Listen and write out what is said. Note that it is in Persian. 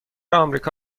آمریکا